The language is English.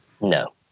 No